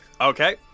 Okay